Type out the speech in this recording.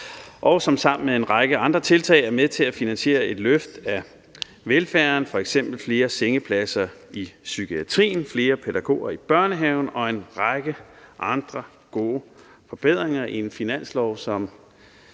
og som sammen med en række andre tiltag er med til at finansiere et løft af velfærden, f.eks. flere sengepladser i psykiatrien, flere pædagoger i børnehaverne og en række andre gode forbedringer i en finanslov,